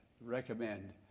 recommend